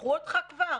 שלחו אותך כבר,